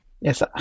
Yes